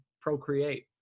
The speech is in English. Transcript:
procreate